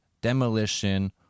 demolition